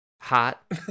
hot